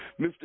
Mr